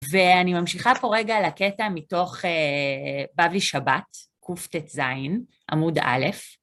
ואני ממשיכה פה רגע לקטע מתוך בבלי שבת, קטז, עמוד א',